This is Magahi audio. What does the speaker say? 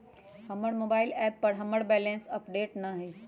हमर मोबाइल एप पर हमर बैलेंस अपडेट न हई